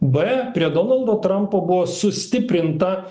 b prie donaldo trampo buvo sustiprinta